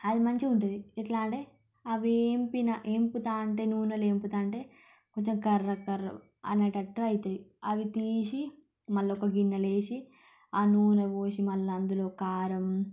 అది మంచిగుంటుంది ఇట్లా అంటే అవి ఏంపినా ఏంపతా ఉంటే నూనెలో ఏంపుతా ఉంటే కొంచెం కర్ర కర్ర అనేటట్టు అయితది అవి తీసి మళ్ళొక గిన్నెలో ఏసి ఆ నూనె పోసి మళ్ళందులో కారం